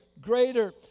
greater